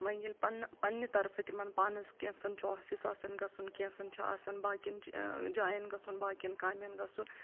وۄنۍ ییٚلہِ پَن پَننہِ طرفہٕ تِمَن پانَس کینٛژن چھُ آفِس آسَان گَژھُن کینٛژھن چھُ آسان باقیَن جایَن گژھُن باقیَن کامٮ۪ن گژھُن